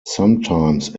sometimes